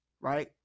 right